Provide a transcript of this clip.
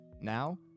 Now